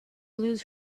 lose